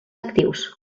actius